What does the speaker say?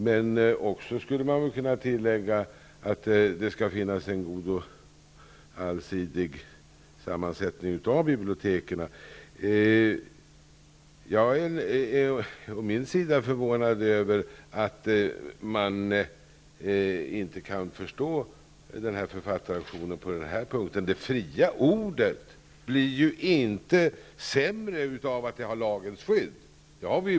Jag skulle kunna tillägga att biblioteken skall ha en god och allsidig sammansättning. Jag är å min sida förvånad över att man inte kan förstå författaraktionen på den här punkten. Det fria ordet blir ju inte sämre av att det har lagens skydd.